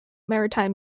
maritime